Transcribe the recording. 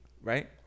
right